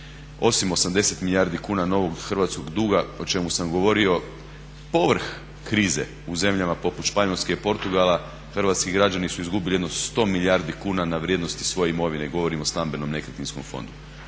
osim 80 milijardi kuna novog hrvatskog duga o čemu sam govorio, povrh krize u zemljama poput Španjolske i Portugala hrvatski građani su izgubili jedno 100 milijardi kuna na vrijednosti svoje imovine, govorim o stambenom nekretninskom fondu,